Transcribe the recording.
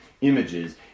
Images